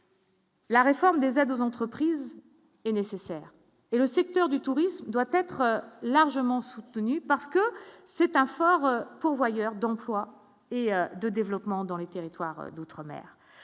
La réforme des aides aux entreprises est nécessaire et le secteur du tourisme doit être largement soutenu parce que c'est un fort pourvoyeur d'emplois et de développement dans les territoires d'outre-mer,